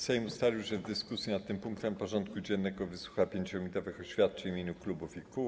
Sejm ustalił, że w dyskusji nad tym punktem porządku dziennego wysłucha 5-minutowych oświadczeń w imieniu klubów i kół.